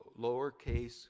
lowercase